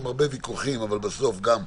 עם הרבה ויכוחים אבל בסוף גם הסכמות,